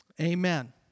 Amen